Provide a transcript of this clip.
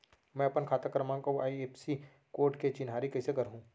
मैं अपन खाता क्रमाँक अऊ आई.एफ.एस.सी कोड के चिन्हारी कइसे करहूँ?